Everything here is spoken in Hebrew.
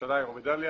בירושלים או בדליה.